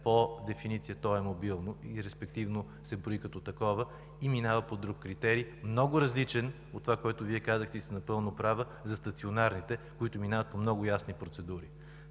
по дефиниция е мобилна и респективно се брои като такава и минава по друг критерий, много различен от това, което Вие казахте, и сте напълно права за стационарните, които минават по много ясни процедури.